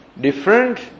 different